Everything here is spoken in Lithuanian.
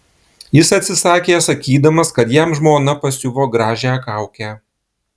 jis atsisakė sakydamas kad jam žmona pasiuvo gražią kaukę